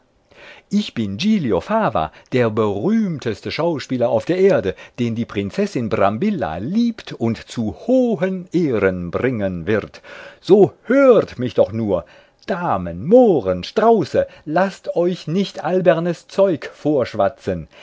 ich bin giglio fava der berühmteste schauspieler auf der erde den die prinzessin brambilla liebt und zu hohen ehren bringen wird so hört mich doch nur damen mohren strauße laßt euch nicht albernes zeug vorschwatzen